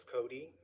Cody